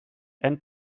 and